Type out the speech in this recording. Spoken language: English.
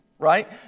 Right